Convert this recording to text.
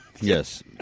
Yes